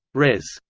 res.